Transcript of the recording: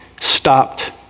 stopped